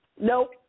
Nope